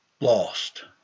Lost